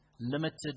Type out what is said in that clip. limited